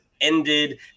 ended